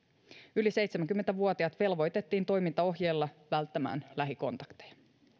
yli seitsemänkymmentä vuotiaat velvoitettiin toimintaohjeella välttämään lähikontakteja